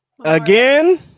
Again